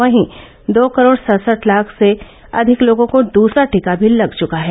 वहीं दो करोड सडसठ लाख से अधिक लोगों को दुसरा टीका भी लग चका है